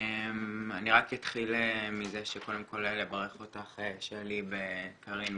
אני רק אתחיל מזה שקודם כול ברכות לך שלי וקארין,